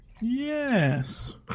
yes